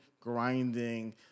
grinding